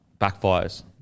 backfires